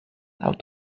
out